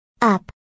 Up